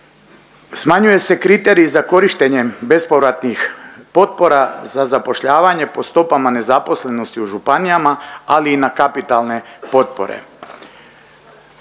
smanjuje se kriterij za korištenjem bespovratnih potpora za zapošljavanje po stopama nezaposlenosti u županijama, ali i na kapitalne potpore.